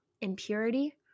impurity